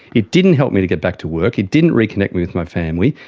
it didn't help me to get back to work, it didn't reconnect me with my family,